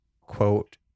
quote